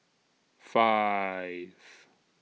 five